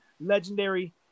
legendary –